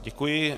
Děkuji.